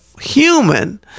human